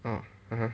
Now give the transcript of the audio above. oh